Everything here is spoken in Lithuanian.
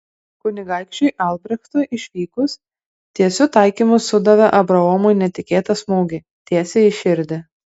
kunigaikščiui albrechtui išvykus tiesiu taikymu sudavė abraomui netikėtą smūgį tiesiai į širdį